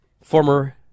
Former